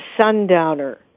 sundowner